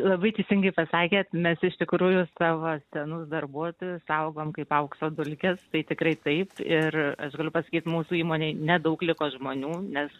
labai teisingai pasakėt mes iš tikrųjų savo senus darbuotojus saugom kaip aukso dulkes tai tikrai taip ir aš galiu pasakyt mūsų įmonėj nedaug liko žmonių nes